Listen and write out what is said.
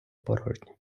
порожня